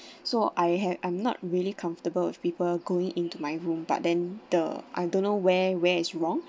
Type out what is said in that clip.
so I have I'm not really comfortable with people going into my room but then the I don't know where where is wrong then